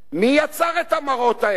מי יצר את המראות האלה?